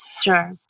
Sure